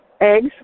eggs